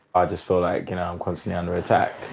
i just feel like and i'm constantly under attack.